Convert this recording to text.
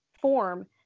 form